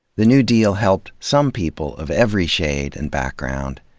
the new deal helped some people of every shade and background,